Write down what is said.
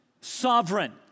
sovereign